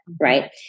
right